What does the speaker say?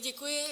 Děkuji.